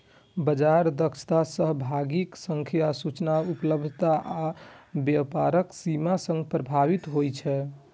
बाजार दक्षता सहभागीक संख्या, सूचना उपलब्धता आ व्यापारक सीमा सं प्रभावित होइ छै